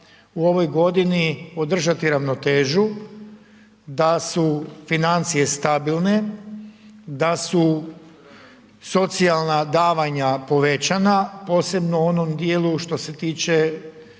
u ovoj godini održati ravnotežu, da su financije stabilne, da su socijalna davanja povećana, posebno u onom djelu što se tiče